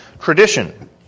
tradition